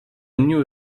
knew